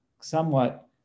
somewhat